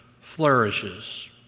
flourishes